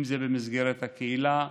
אם זה במסגרת הקהילה,